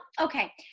okay